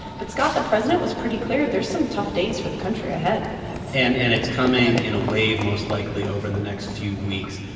but, scott, the president was pretty clear. there's some tough days for the country ahead and and it's coming in a wave most likely over the next few weeks.